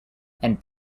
and